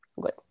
good